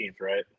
right